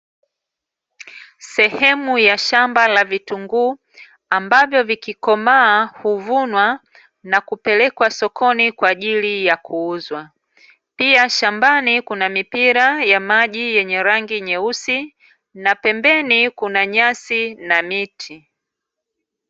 Sehemu ya shamba la vitunguu, ambavyo vikikomaa huvunwa na kupelekwa sokoni kwa ajili ya kuuzwa. Pia shambani kuna mipira ya maji yenye rangi nyeusi, na pembeni kuna nyasi na miti.